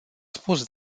spus